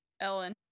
Ellen